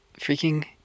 freaking